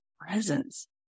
presence